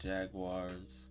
Jaguars